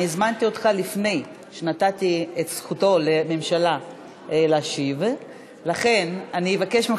הזמנתי אותך לפני שנתתי לממשלה את הזכות להשיב,